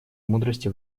мудрости